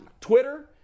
Twitter